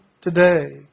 today